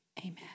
amen